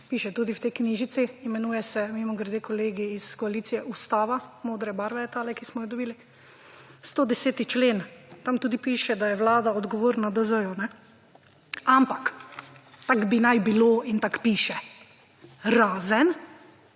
Piše tudi v tej knjižici. Imenuje se mimogrede kolegi iz koalicije Ustava, modre barva je tale, ki smo jo dobili. 110. člen, tam tudi piše, da je Vlada odgovorna DZ-ju. Ampak tako bi naj bilo in tako piše. Razen